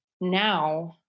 now